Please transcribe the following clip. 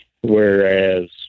Whereas